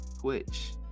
twitch